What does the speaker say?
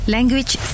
Language